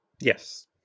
Yes